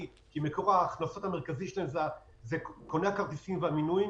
כי מקור ההכנסות המרכזי שלהם זה קוני הכרטיסים והמינויים.